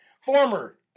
Former